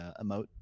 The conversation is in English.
emote